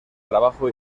trabajo